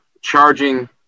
charging